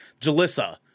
Jalissa